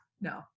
no